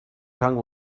tongue